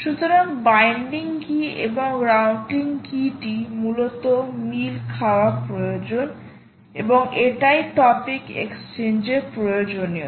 সুতরাং binding key এবং routing কীটি মূলত মিল খাওয়া প্রয়োজন এবং এটাই টপিক এক্সচেঞ্জ এর প্রয়োজনীয়তা